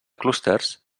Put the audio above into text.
clústers